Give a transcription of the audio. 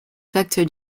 vector